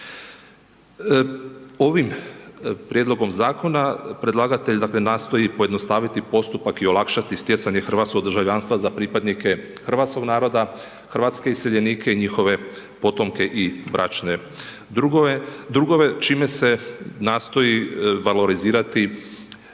Ovim prijedlogom zakona, predlagatelj nastoji pojednostaviti postupak i olakšati stjecanje hrvatskog državljanstva za pripadnike hrvatskog naroda, hrvatske iseljenike i njihove potomke i bračne drugove čime se nastoji valorizirati